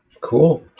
Cool